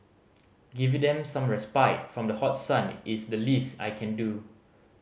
giving them some respite from the hot sun is the least I can do